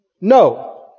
No